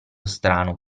strano